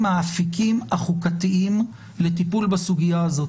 האפיקים החוקתיים לטיפול בסוגיה הזאת